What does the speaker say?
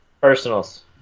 personals